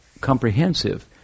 comprehensive